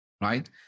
right